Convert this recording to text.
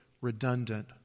redundant